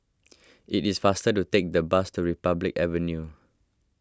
it is faster to take the bus to Republic Avenue